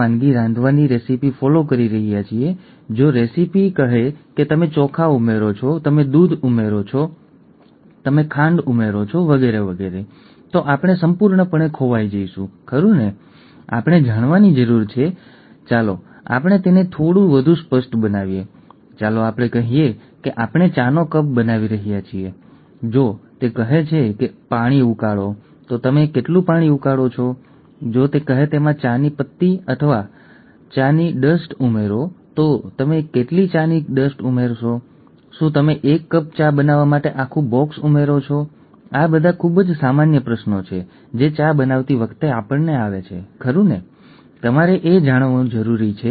ભારતમાં sickle cell ડિસીઝથી પીડાતા અંદાજિત 5200 શિશુઓ 9000 બીટા થેલેસેમિયા નામની વસ્તુવાળા 21400 ડાઉન સિન્ડ્રોમ સાથે અને જી6પીડીની ઉણપવાળા ત્રણસો નેવું હજાર શિશુઓ દર વર્ષે જન્મે છે ઠીક છે